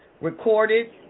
recorded